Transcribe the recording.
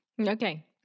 Okay